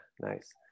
nice